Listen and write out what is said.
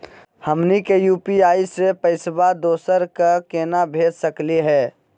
हमनी के यू.पी.आई स पैसवा दोसरा क केना भेज सकली हे?